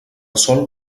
sol